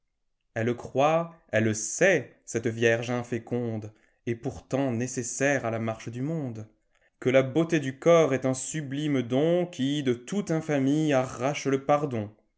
elle croit elle sait cette vierge inféconde et pourtant nécessaire à la marche du monde que la beauté du corps est un sublime don i qui do toute infamie arrache le pardon